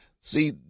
See